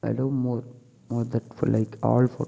I love more more that for like all photo